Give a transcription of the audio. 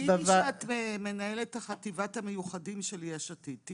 תגידי שאת מנהלת חטיבת המיוחדים של יש עתיד.